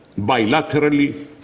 bilaterally